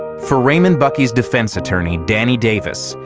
for raymond buckey's defense attorney danny davis,